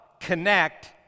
connect